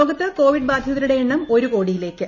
ലോകത്ത് കോവിഡ് ബാധിതരുടെ എണ്ണം ഒരു കോടിയിലേക്ക്